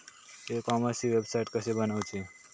E कॉमर्सची website कशी बनवची?